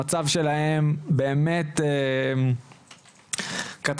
המצב שלהם באמת קטסטרופלי,